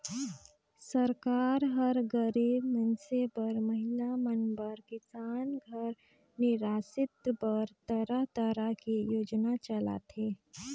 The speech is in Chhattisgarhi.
सरकार हर गरीब मइनसे बर, महिला मन बर, किसान घर निरासित बर तरह तरह के योजना चलाथे